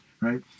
Right